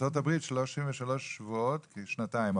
ארצות הברית 33 שבועיות במשך שנתיים,